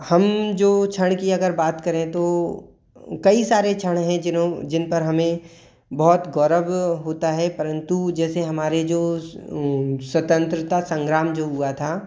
हम जो क्षण की अगर बात करें तो कई सारे क्षण है जिन्हो जिन पर हमें बहुत गौरव होता है परंतु जैसे हमारे जो स्वतंत्रता संग्राम जो हुआ था